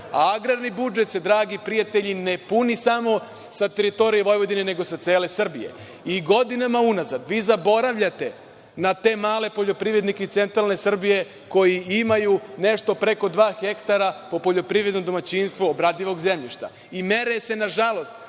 Agrarni budžet se, dragi prijatelji, ne puni samo sa teritorije Vojvodine, nego sa cele Srbije. Godinama unazad vi zaboravljate na te male poljoprivrednike iz centralne Srbije koji imaju nešto preko dva hektara po poljoprivrednom domaćinstvo obradivog zemljšta. Mere se, nažalost,